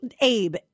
Abe